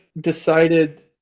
decided